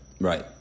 Right